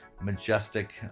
majestic